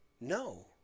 no